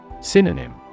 Synonym